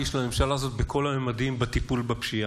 של הממשלה הזאת בכל הממדים בטיפול בפשיעה.